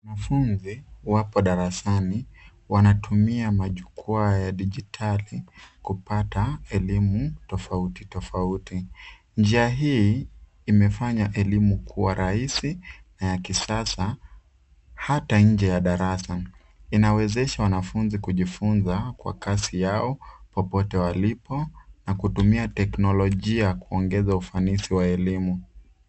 Wanafunzi wapo darasani. Wanatumia majukwaa ya dijitali kupata elimu tofauti tofauti. Njia hii imefanya elimu kuwa rahisi na ya kisasa hata nje ya darasa. Inawezesha wanafunzi kujifunza kwa kasi yao popote walipo na kutumia teknolojia kuongeza ufanisi wa elimu.